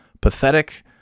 pathetic